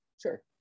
sure